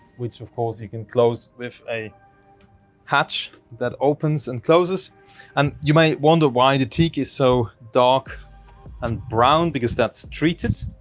which of course you can close with a hatch that opens and closes and you may wonder why the teak is so dark and brown because that's treated.